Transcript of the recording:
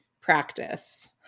practice